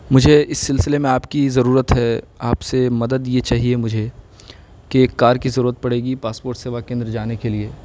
مجھے اس سلسلے میں آپ کی ضرورت ہے آپ سے مدد یہ چاہیے مجھے کہ ایک کار کی ضرورت پڑے گی پاسپوٹ سیوا کیندر جانے کے لیے